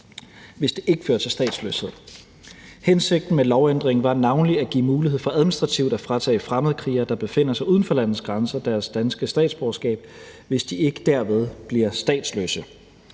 hvis det ikke fører til statsløshed. Hensigten med lovændringen var navnlig at give mulighed for administrativt at fratage fremmedkrigere, der befinder sig uden for landets grænser, deres danske statsborgerskab, hvis de ikke derved bliver statsløse.